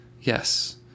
Yes